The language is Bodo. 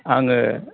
आङो